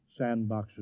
sandboxes